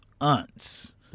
aunts